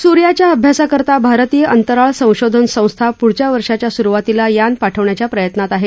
सूर्याच्या अभ्यासाकरता भारतीय अंतराळ संशोधन संस्था पुढच्या वर्षाच्या सुरुवातीला यान पाठवण्याच्या प्रयत्नात आहे